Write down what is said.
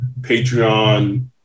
Patreon